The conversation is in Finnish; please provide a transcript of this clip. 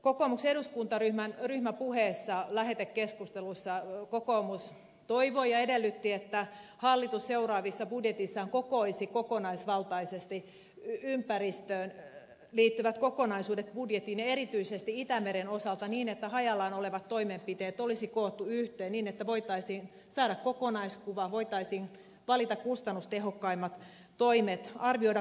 kokoomuksen eduskuntaryhmän ryhmäpuheessa lähetekeskustelussa kokoomus toivoi ja edellytti että hallitus seuraavassa budjetissaan kokoaisi kokonaisvaltaisesti ympäristöön liittyvät kokonaisuudet erityisesti itämeren osalta niin että hajallaan olevat toimenpiteet olisi koottu yhteen että voitaisiin saada kokonaiskuva voitaisiin valita kustannustehokkaimmat toimet arvioida kustannushyötyä ja tehokkuutta